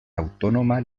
autónoma